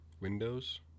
Windows